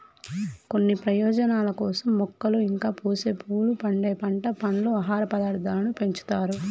కొన్ని ప్రయోజనాల కోసం మొక్కలు ఇంకా పూసే పువ్వులు, పండే పంట, పండ్లు, ఆహార పదార్థాలను పెంచుతారు